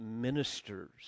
ministers